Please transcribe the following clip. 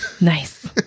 nice